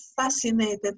fascinated